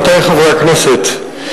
עמיתי חברי הכנסת,